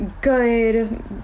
Good